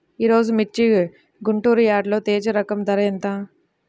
ఈరోజు మిర్చి గుంటూరు యార్డులో తేజ రకం ధర ఎంత?